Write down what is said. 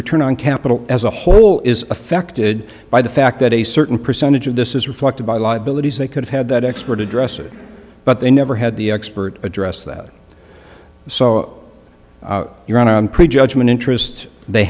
return on capital as a whole is affected by the fact that a certain percentage of this is reflected by liabilities they could have had that expert address it but they never had the expert address that so your honor on prejudgment interest they